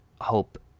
hope